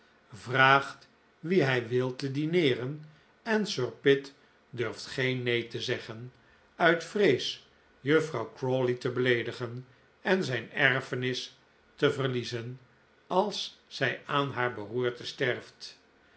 vraagt wien hij wil te dineeren en sir pitt durft geen nee te zeggen uit vrees juffrouw crawley te beleedigen en zijn erfenis te verliezen als zij aan haar beroerte sterft